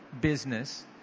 business